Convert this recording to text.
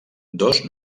dos